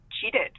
cheated